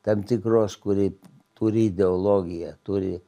tam tikros kuri turi ideologiją turi